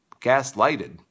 Gaslighted